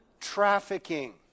trafficking